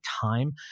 time